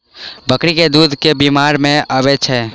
बकरी केँ दुध केँ बीमारी मे काम आबै छै?